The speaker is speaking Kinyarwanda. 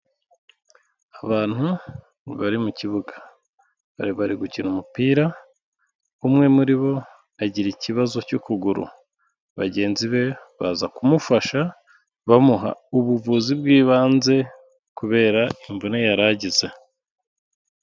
Abantu bari mu kibuga, bari bari gukina umupira, umwe muri bo agira ikibazo cy'u kuguru, bagenzi be baza kumufasha bamuha ubuvuzi bw'ibanze, kubera imvune yari agize.